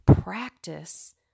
practice